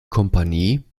kompanie